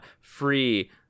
free